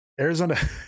Arizona